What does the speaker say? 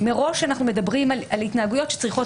מראש אנחנו מדברים על התנהגויות שצריכות